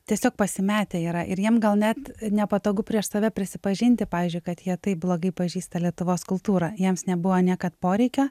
tiesiog pasimetę yra ir jiem gal net nepatogu prieš save prisipažinti pavyzdžiui kad jie taip blogai pažįsta lietuvos kultūrą jiems nebuvo niekad poreikio